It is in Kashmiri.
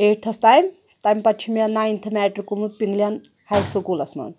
ایٹتھَس تام تَمہِ پَتہٕ چھُ مےٚ نایِنتھٕ میٹِرٛک کوٚرمُت پِنلٮ۪ن ہاے سکوٗلَس منٛز